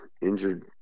injured